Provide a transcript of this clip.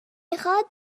میخواد